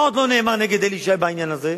מה עוד לא נאמר נגד אלי ישי בעניין הזה?